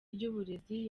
ry’uburezi